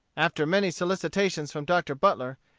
after many solicitations from dr. butler,